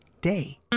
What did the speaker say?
Day